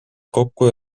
kokku